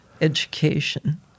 education